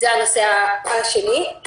הנושא השלישי הוא